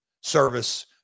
service